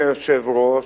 אדוני היושב-ראש,